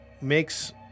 makes